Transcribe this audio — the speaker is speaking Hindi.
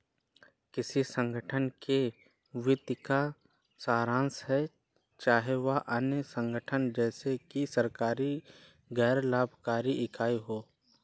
किसी संगठन के वित्तीय का सारांश है चाहे वह अन्य संगठन जैसे कि सरकारी गैर लाभकारी इकाई हो